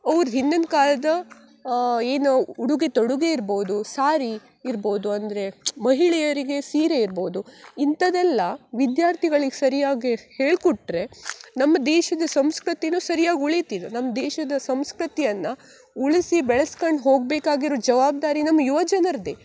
ಅವ್ರ ಹಿಂದಿನ ಕಾಲ್ದ ಏನು ಉಡುಗೆ ತೊಡುಗೆ ಇರ್ಬೋದು ಸಾರೀ ಇರ್ಬೋದು ಅಂದರೆ ಮಹಿಳೆಯರಿಗೆ ಸೀರೆ ಇರ್ಬೋದು ಇಂಥದ್ದೆಲ್ಲ ವಿದ್ಯಾರ್ಥಿಗಳಿಗೆ ಸರಿಯಾಗಿ ಹೇಳಿಕೊಟ್ರೆ ನಮ್ಮ ದೇಶದ ಸಂಸ್ಕೃತಿಯೂ ಸರಿಯಾಗಿ ಉಳಿತಿದ್ ನಮ್ಮ ದೇಶದ ಸಂಸ್ಕೃತಿಯನ್ನು ಉಳಿಸಿ ಬೆಳೆಸ್ಕಂಡು ಹೋಗಬೇಕಾಗಿರೋ ಜವಾಬ್ದಾರಿ ನಮ್ಮ ಯುವಜನರದೇ